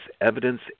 evidence